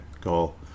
goal